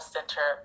Center